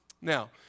Now